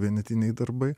vienetiniai darbai